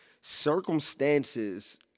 circumstances